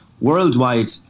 worldwide